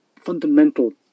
fundamental